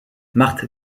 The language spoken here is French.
marthe